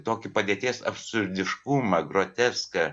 tokį padėties absurdiškumą groteską